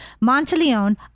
Monteleone